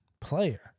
player